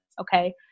okay